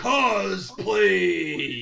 Cosplay